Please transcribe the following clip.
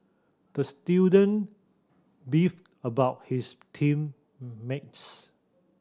the student beefed about his team mates